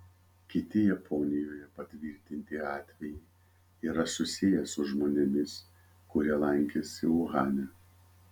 kiti japonijoje patvirtinti atvejai yra susiję su žmonėmis kurie lankėsi uhane